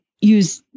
use